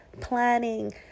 planning